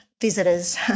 visitors